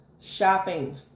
Shopping